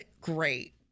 great